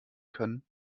können